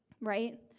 right